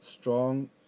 strong